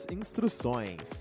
instruções